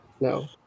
No